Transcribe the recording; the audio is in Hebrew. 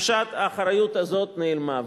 תחושת האחריות הזאת נעלמה,